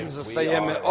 zostajemy